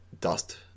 dust